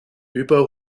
über